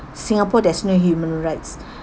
singapore there's no human rights